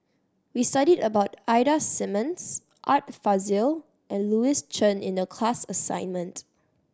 we studied about Ida Simmons Art Fazil and Louis Chen in the class assignment